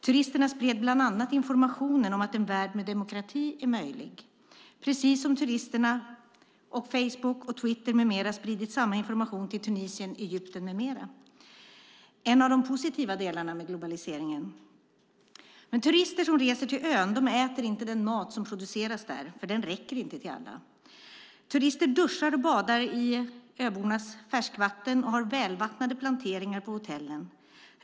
Turisterna spred bland annat information om att en värld med demokrati är möjlig, precis som turisterna, Facebook, Twitter med mera spridit samma information till Tunisien, Egypten med flera. Det är en av de positiva delarna med globaliseringen. Men turister som reser till ön äter inte den mat som produceras där, för den räcker inte till alla. Turister duschar och badar i öbornas färskvatten och har välvattnade planteringar på hotellen.